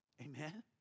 Amen